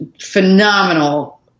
phenomenal